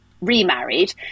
remarried